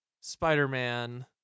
Spider-Man